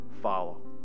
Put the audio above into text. follow